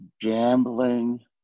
gambling